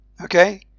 okay